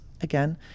again